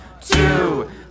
two